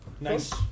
nice